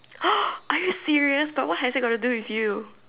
are you serious but what has that got to do with you